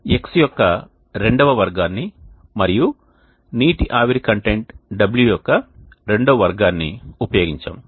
x యొక్క రెండవ వర్గాన్ని మరియు నీటి ఆవిరి కంటెంట్ w యొక్క రెండవ వర్గాన్ని ఉపయోగించాము